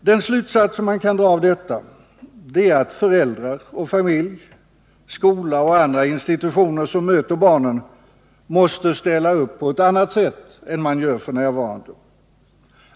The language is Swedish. Den slutsats som man kan dra av detta är att föräldrar och familj, skola och andra institutioner, som möter barnen, måste ställa upp på ett annat sätt än f. n.